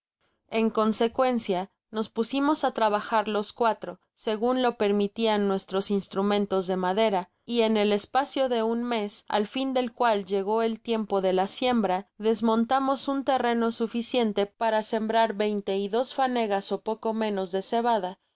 en consecuencia nos pusimos á trabajar los cuatro segun lo permitian nuestros instrumentos de madera y en el espacio de un mes al fin del cual llegó el tiempo de la siembra desmontamos un terreno suficiente para sembrar veinte y dos fanegas ó poco menos de cebada